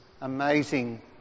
amazing